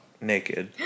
naked